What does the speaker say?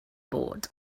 board